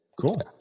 Cool